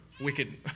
Wicked